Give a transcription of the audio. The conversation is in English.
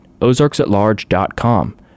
ozarksatlarge.com